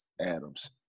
Adams